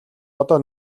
одоо